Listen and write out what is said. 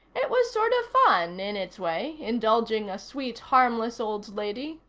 it was sort of fun, in its way, indulging a sweet harmless old lady.